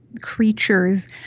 creatures